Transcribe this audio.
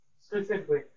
specifically